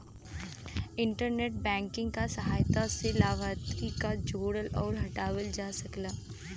internet banking क सहायता से लाभार्थी क जोड़ल आउर हटावल जा सकल जाला